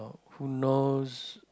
who knows